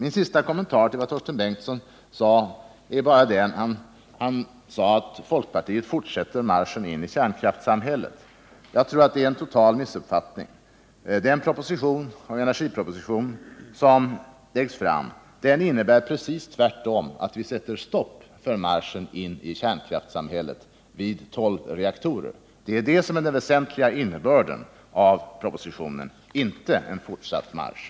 En sista kommentar till Torsten Bengtsons anförande. Han sade att folkpartiregeringen fortsätter marschen in i kärnkraftssamhället. Jag tror att det är en total missuppfattning. Den energiproposition som läggs fram innebär precis tvärtom att vi sätter stopp för marschen in i kärnkraftssamhället vid tolv reaktorer. Det är den väsentliga innebörden av propositionen, och det innebär alltså inte någon fortsatt marsch.